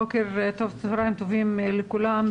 צוהרים טובים לכולם.